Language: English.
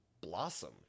blossom